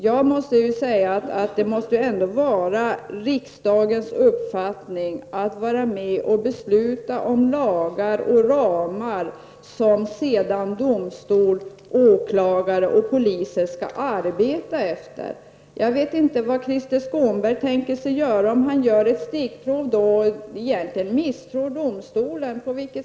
Det måste väl ändå vara riksdagen som beslutar om ramar och lagar, som sedan domstol, åklagare och polis skall arbeta efter. Hur tänker sig Krister Skånberg att han skall göra om han misstror domstolen?